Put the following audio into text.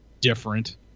different